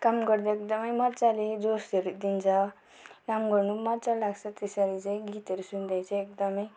काम गर्दा एकदमै मजाले जोसहरू दिन्छ काम गर्नु पनि मजा लाग्छ त्यसरी चाहिँ गीतहरू सुन्दै चाहिँ एकदमै